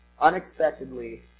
Unexpectedly